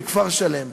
כפר-שלם,